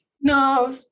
no